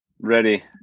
ready